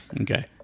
Okay